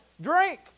drink